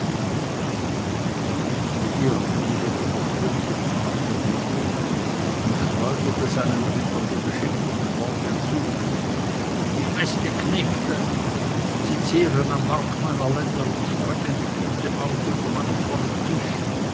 blickte irr über die verstummte tafelrunde und schleuderte seinen rittern die beschimpfenden worte zu ich mäste knechte sie zehren am mark meiner länder und strecken die fuße aus unter meinem vollen tisch